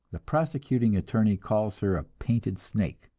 the prosecuting attorney calls her a painted snake,